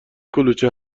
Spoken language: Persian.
کلوچه